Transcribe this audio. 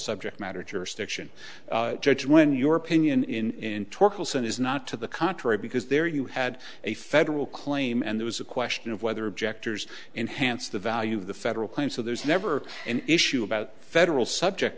subject matter jurisdiction judge when your opinion in torkel son is not to the contrary because there you had a federal claim and there was a question of whether objectors enhanced the value of the federal claim so there's never an issue about federal subject